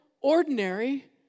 ordinary